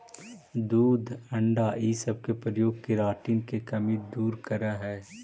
दूध अण्डा इ सब के प्रयोग केराटिन के कमी दूर करऽ हई